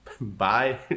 bye